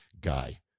guy